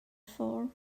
for